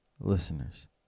listeners